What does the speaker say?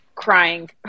crying